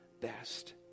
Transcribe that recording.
best